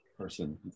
person